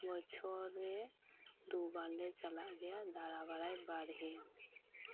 ᱵᱚᱪᱷᱚᱨ ᱨᱮ ᱫᱩ ᱵᱟᱨ ᱞᱮ ᱪᱟᱞᱟᱜ ᱜᱮᱭᱟ ᱫᱟᱬᱟ ᱵᱟᱲᱟᱭ ᱵᱟᱨᱦᱮ